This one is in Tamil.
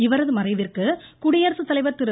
இவரது மறைவிற்கு குடியரசுத்தலைவர் திரு